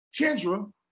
Kendra